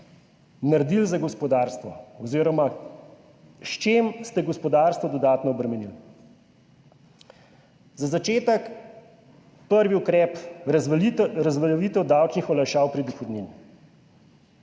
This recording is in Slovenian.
naredili za gospodarstvo oziroma s čim ste gospodarstvo dodatno obremenili? Za začetek, prvi ukrep, razveljavitev davčnih olajšav pri dohodnini,